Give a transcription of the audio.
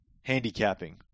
handicapping